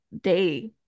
day